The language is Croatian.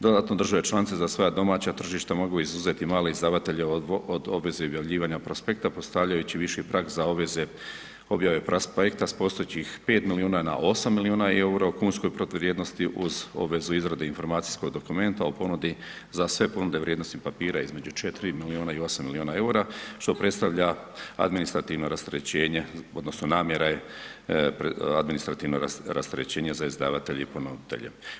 Dodatno, države članice za svoja domaća tržišta mogu izuzeti male izdavatelje od obveze objavljivanja prospekta postavljajući viši prag za obveze objave prospekta s postojećih 5 milijuna na 8 milijuna EUR-a u kunskoj protuvrijednosti uz obvezu izrade informacijskog dokumenta o ponudi za sve ponude vrijednosnih papira između 4 miliona i 8 miliona EUR-a što predstavlja administrativno rasterećenje odnosno namjera je administrativno rasterećenje za izdavatelje i ponuditelje.